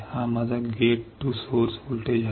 हा माझा gate to source voltage आहे